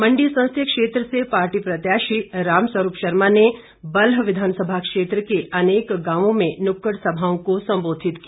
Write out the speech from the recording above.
मंडी संसदीय क्षेत्र से पार्टी प्रत्याशी राम स्वरूप शर्मा ने बल्ह विधानसभा क्षेत्र के अनेक गांवों में नुक्कड़ सभाओं को संबोधित किया